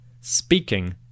Speaking